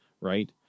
right